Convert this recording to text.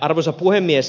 arvoisa puhemies